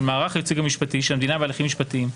מערך הייצוג המשפטי של המדינה בהליכים משפטיים,